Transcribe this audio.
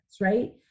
right